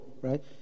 right